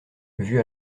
vue